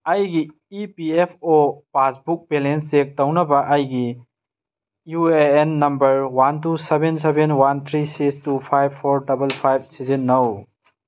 ꯑꯩꯒꯤ E P F O passbook balance check ꯇꯧꯅꯕ ꯑꯩꯒꯤ U A N number one two seven seven one three six two five four double five ꯁꯤꯖꯤꯟꯅꯧ